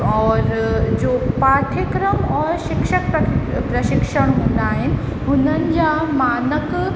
और जो पाठ्यक्रम और शिक्षक प्रशिक्षण हूंदा आहिनि हुननि जा मानक